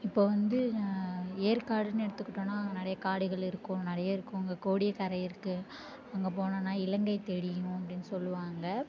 இப்போ வந்து ஏற்காடுன்னு எடுத்துக்கிட்டோன்னா அங்கே நிறைய காடுகள் இருக்கும் நிறைய இருக்கும் அங்கே கோடியக்கரை இருக்கு அங்கே போனோன்னா இலங்கை தேடியும் அப்படின் சொல்லுவாங்க